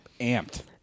amped